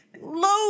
low